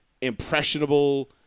impressionable